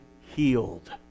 healed